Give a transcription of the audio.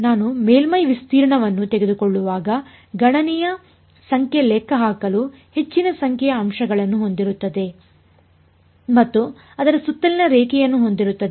ನಾನು ಮೇಲ್ಮೈ ವಿಸ್ತೀರ್ಣವನ್ನು ತೆಗೆದುಕೊಳ್ಳುವಾಗ ಗಣನೆಯ ಗಣನೆಯ ಸಂಖ್ಯೆ ಲೆಕ್ಕಹಾಕಲು ಹೆಚ್ಚಿನ ಸಂಖ್ಯೆಯ ಅಂಶಗಳನ್ನು ಹೊಂದಿರುತ್ತದೆ ಮತ್ತು ಅದರ ಸುತ್ತಲಿನ ರೇಖೆಯನ್ನು ಹೊಂದಿರುತ್ತದೆ